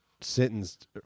sentenced